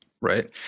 right